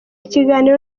kiganiro